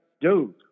Dude